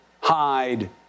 hide